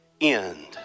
end